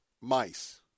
mice